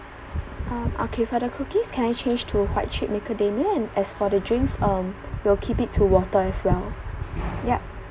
um okay for the cookies can I change to white chip macadamia and as for the drinks um will keep it to water as well yup